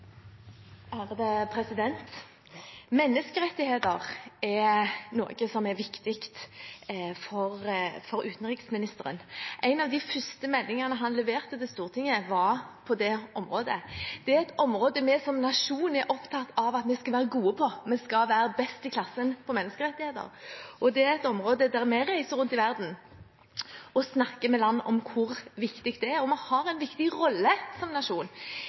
noe som er viktig for utenriksministeren. En av de første meldingene han leverte til Stortinget, var på det området. Det er et område vi som nasjon er opptatt av at vi skal være gode på. Vi skal være best i klassen på menneskerettigheter. Det er et område der vi reiser rundt i verden og snakker med land om hvor viktig det er. Vi har en viktig rolle som nasjon